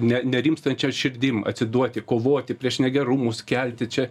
ne nerimstančia širdim atsiduoti kovoti prieš negerumus kelti čia